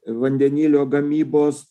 vandenilio gamybos